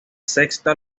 sexta